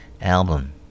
album